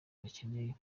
bakeneye